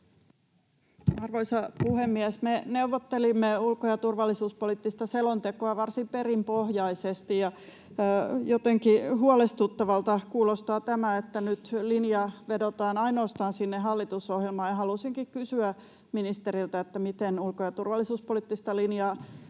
Arvoisa puhemies! Me neuvottelimme ulko- ja turvallisuuspoliittista selontekoa varsin perinpohjaisesti, ja jotenkin huolestuttavalta kuulostaa tämä, että nyt linjaa vedotaan ainoastaan sinne hallitusohjelmaan, ja haluaisinkin kysyä ministeriltä: miten ulko- ja turvallisuuspoliittista linjaa